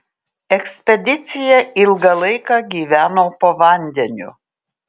ekspedicija ilgą laiką gyveno po vandeniu